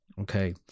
okay